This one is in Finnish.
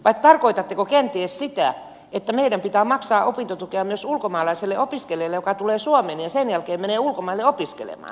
vai tarkoitatteko kenties sitä että meidän pitää maksaa opintotukea myös ulkomaalaiselle opiskelijalle joka tulee suomeen ja sen jälkeen menee ulkomaille opiskelemaan